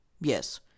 Yes